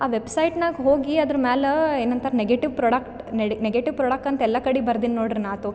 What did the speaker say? ಆ ವೆಬ್ಸೈಟ್ನಾಗೆ ಹೋಗಿ ಅದ್ರ ಮ್ಯಾಲ ಏನಂತಾರ್ ನೆಗೆಟಿವ್ ಪ್ರಾಡಕ್ಟ್ ನೆಡಿ ನೆಗೆಟಿವ್ ಪ್ರಾಡಕ್ ಅಂತೆಲ್ಲಾ ಕಡೆ ಬರ್ದಿನಿ ನೋಡ್ರಿ ನಾತು